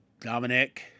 Dominic